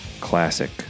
Classic